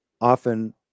often